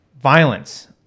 violence